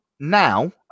Now